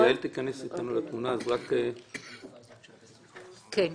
אני רוצה שיעל גרמן תיכנס איתנו לתמונה --- יש לי,